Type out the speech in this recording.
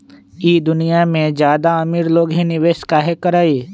ई दुनिया में ज्यादा अमीर लोग ही निवेस काहे करई?